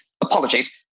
apologies